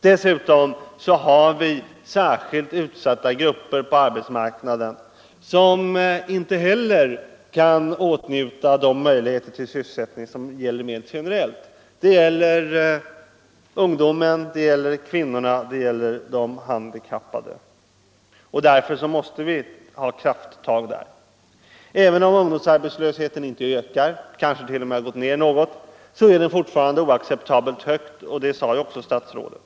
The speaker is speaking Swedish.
Dessutom finns det särskilt utsatta grupper på arbetsmarknaden som inte heller kan åtnjuta de möjligheter till sysselsättning som finns rent generellt. Det gäller ungdomen. Det gäller kvinnorna. Och det gäller de handikappade. Därför måste vi ta krafttag här. Även om ungdomsarbetslösheten inte ökat utan kanske t.o.m. gått ner något är den fortfarande oacceptabelt hög och det sade också statsrådet.